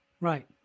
right